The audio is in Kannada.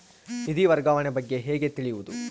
ನಿಧಿ ವರ್ಗಾವಣೆ ಬಗ್ಗೆ ಹೇಗೆ ತಿಳಿಯುವುದು?